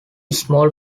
small